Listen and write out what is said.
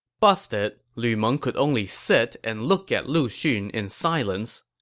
busted, lu meng could only sit and look at lu xun in silence.